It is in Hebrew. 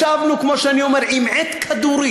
ישבנו, כמו שאני אומר, עם עט כדורי,